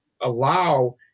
allow